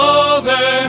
over